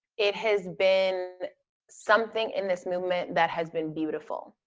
it has been something in this movement that has been beautiful,